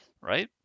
right